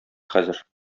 хәзер